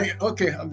okay